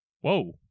Whoa